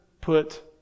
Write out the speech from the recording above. put